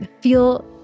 feel